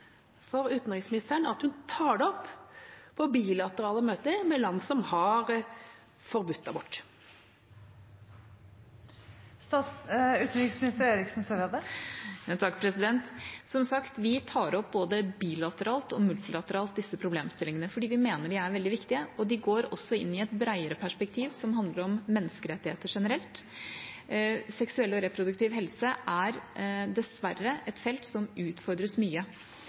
for utenriksministeren at hun tar det opp på bilaterale møter med land som har forbudt abort. Som sagt tar vi opp både bilateralt og multilateralt disse problemstillingene, fordi vi mener de er veldig viktige. De går også inn i et bredere perspektiv som handler om menneskerettigheter generelt. Seksuell og reproduktiv helse er dessverre et felt som utfordres mye.